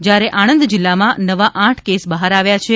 જ્યારે આણંદ જિલ્લામાં નવા આઠ કેસ બહાર આવ્યા છે